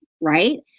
right